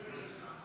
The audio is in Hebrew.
אין נמנעים.